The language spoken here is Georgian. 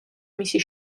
მისი